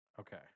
Okay